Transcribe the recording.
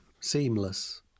Seamless